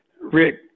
Rick